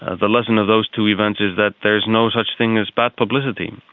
the lesson of those two events is that there is no such thing as bad publicity.